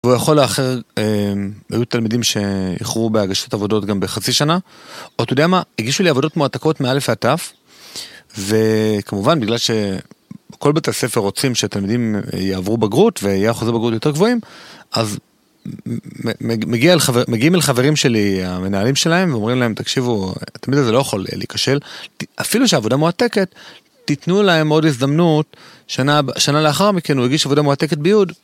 והוא יכול לאחר... היו תלמידים שאיחרו בהגשת עבודות גם בחצי שנה, או אתה יודע מה, הגישו לי עבודות מועתקות מאל"ף ועד ת"ו, וכמובן בגלל שבכל בתי הספר רוצים שהתלמידים יעברו בגרות ויהיה אחוזי בגרות יותר גבוהים, אז מגיע, מגיעים אל חברים שלי המנהלים שלהם, ואומרים להם תקשיבו, התלמיד הזה לא יכול להיכשל, אפילו שהעבודה מועתקת תתנו להם עוד הזדמנות. שנה, שנה לאחר מכן הוא יגיש עבודה מועתקת ביו"ד,